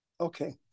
okay